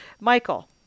Michael